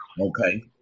Okay